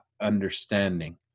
understanding